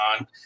on